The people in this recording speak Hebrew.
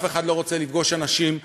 אף אחד לא רוצה לפגוש אנשים,